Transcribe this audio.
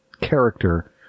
character